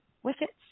wickets